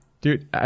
Dude